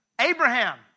Abraham